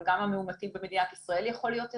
אבל גם המאומתים במדינת ישראל יכול להיות יותר.